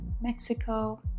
Mexico